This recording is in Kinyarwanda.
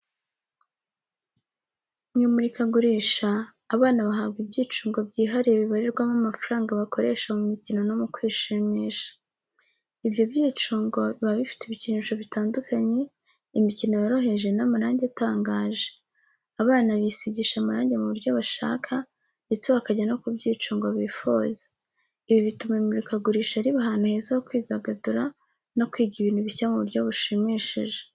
Mu imurikagurisha, abana bahabwa ibyicungo byihariye bibarirwamo amafaranga bakoresha mu mikino no mu kwishimisha. Ibyo byicungo biba bifite ibikinisho bitandukanye, imikino yoroheje n’amarangi atangaje. Abana bisigisha amarangi mu buryo bashaka, ndetse bakajya no ku byicungo bifuza. Ibi bituma imurikagurisha riba ahantu heza ho kwidagadura no kwiga ibintu bishya mu buryo bushimishije.